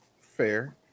Fair